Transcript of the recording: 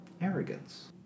arrogance